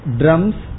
drums